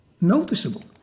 noticeable